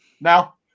Now